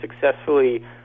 successfully